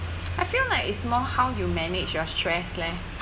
I feel like it's more how you manage your stress leh